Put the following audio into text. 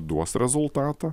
duos rezultatą